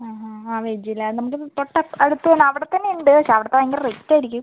അ അ വെജ് അല്ലെ തൊട്ട് അടുത്ത് തന്നെ അവിടത്തന്നെ ഉണ്ട് പക്ഷെ അവിടത്തെ ഭയങ്കര റേറ്റായിരിക്കും